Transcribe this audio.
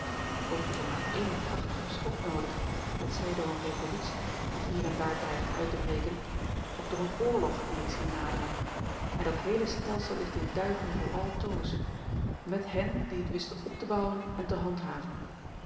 ook is er maar één krachtige schok noodig hetzij door eene revolutie die hier en daar dreigt uit te breken of door een oorlog die ik zie naderen en dat heele stelsel ligt in duigen voor altoos met hen die het wisten op te bouwen en te handhaven